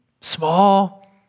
small